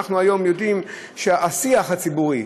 אנחנו היום יודעים שהשיח הציבורי,